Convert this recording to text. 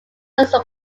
johnson